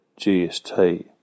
GST